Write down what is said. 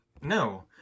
No